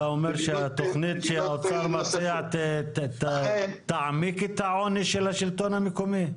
אתה אומר שהתוכנית שהאוצר מציע תעמיק את העוני של השלטון המקומי?